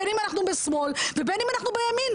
בין אם אנחנו בשמאל ובין אם אנחנו בימין.